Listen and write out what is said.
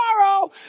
tomorrow